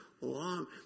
long